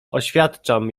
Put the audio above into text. oświadczam